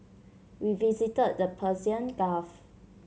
we visited the Persian Gulf